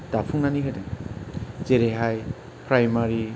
दाफुंनानै होदों जेरैहाय प्राइमारि